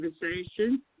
conversation